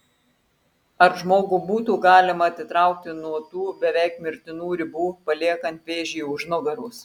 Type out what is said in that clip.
ar žmogų būtų galima atitraukti nuo tų beveik mirtinų ribų paliekant vėžį už nugaros